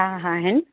हा आहिनि